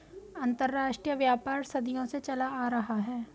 अंतरराष्ट्रीय व्यापार सदियों से चला आ रहा है